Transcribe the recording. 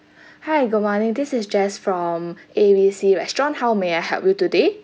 hi good morning this is jess from A B C restaurant how may I help you today